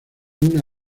una